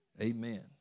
Amen